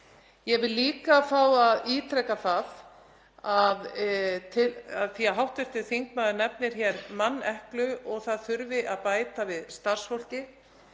Ég vil líka fá að ítreka það, af því að hv. þingmaður nefnir hér manneklu og það þurfi að bæta við starfsfólki,